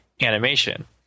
animation